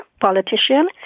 politician